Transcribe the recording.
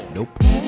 Nope